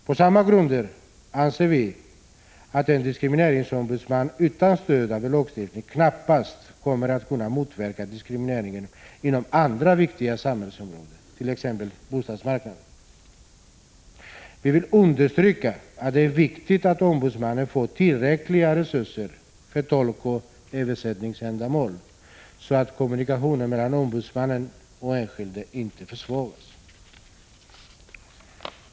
På samma grunder anser vi att en diskrimineringsombudsman utan stöd av en lagstiftning knappast kommer att kunna motverka diskriminering inom andra viktiga samhällsområden, t.ex. på bostadsmarknaden. Vi vill understryka att det är av vikt att ombudsmannen får tillräckliga resurser för tolkoch översättningsändamål så att kommunikationen mellan ombudsmannen och enskilda inte försvåras.